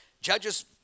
Judges